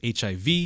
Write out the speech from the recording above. HIV